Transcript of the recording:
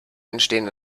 entstehen